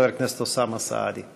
חבר הכנסת אוסאמה סעדי.